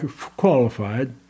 qualified